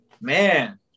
man